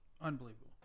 Unbelievable